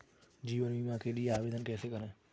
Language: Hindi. जीवन बीमा के लिए आवेदन कैसे करें?